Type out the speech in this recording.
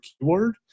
keyword